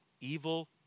Evil